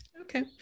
Okay